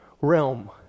realm